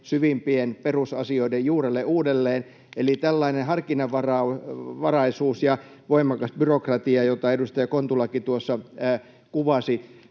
syvimpien perusasioiden juurelle uudelleen, eli tulee tällainen harkinnanvaravaraisuus ja voimakas byrokratia, jota edustaja Kontulakin tuossa kuvasi.